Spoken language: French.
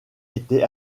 était